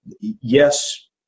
Yes